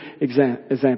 example